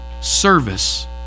service